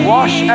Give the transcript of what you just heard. Wash